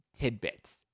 tidbits